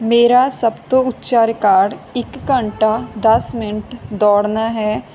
ਮੇਰਾ ਸਭ ਤੋਂ ਉੱਚਾ ਰਿਕਾਰਡ ਇੱਕ ਘੰਟਾ ਦਸ ਮਿੰਟ ਦੌੜਨਾ ਹੈ